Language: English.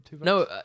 No